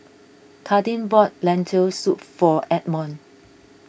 Kadin bought Lentil Soup for Edmon